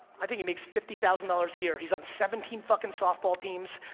i think he makes fifty thousand dollars a year, he's on seventeen fucking softball teams,